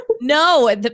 No